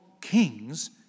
kings